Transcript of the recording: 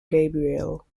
gabriel